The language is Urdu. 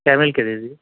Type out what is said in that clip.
کیمل کا دے دیجئے